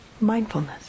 mindfulness